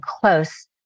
close